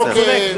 אתה צודק.